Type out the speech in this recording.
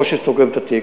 או שסוגרים את התיק.